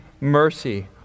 mercy